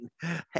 Hey